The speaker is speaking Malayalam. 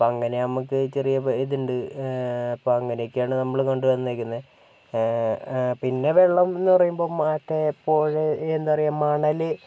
അപ്പം അങ്ങനെ നമുക്ക് ചെറിയ ഇത് ഉണ്ട് അപ്പം അങ്ങനെ ഒക്കെ ആണ് നമ്മള് കൊണ്ട് വന്നേക്കുന്നത് പിന്നെ വെള്ളം എന്ന് പറയുമ്പോൾ മറ്റേ പുഴ എന്താ പറയുക മണല്